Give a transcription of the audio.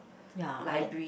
ya I